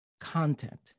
content